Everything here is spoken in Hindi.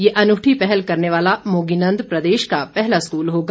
ये अनूठी पहल करने वाला मोगीनंद प्रदेश का पहला स्कूल होगा